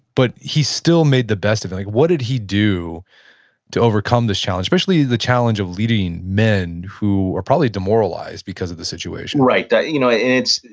but he still made the best of it. like what did he do to overcome this challenge? especially the challenge of leading men who were probably demoralized because of the situation right. you know and it's,